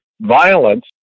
violence